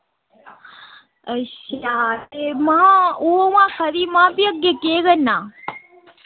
अच्छा ते महां ओह् महां में आक्खा दी ही महां अग्गें केह् करना